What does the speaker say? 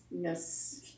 Yes